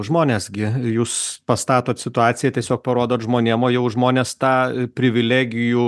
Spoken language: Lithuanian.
žmonės gi jūs pastatot situaciją tiesiog parodot žmonėms o jau žmonės tą privilegijų